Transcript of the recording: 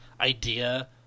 idea